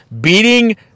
Beating